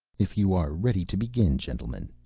if you are ready to begin, gentleman,